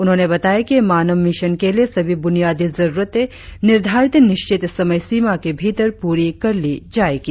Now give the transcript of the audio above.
उन्होंने बताया कि मानव मिशन के लिए सभी बुनियादी जरुरतेतों निर्धारित निश्चित समय सीमा के भीतर पूरी कर ली जाएंगी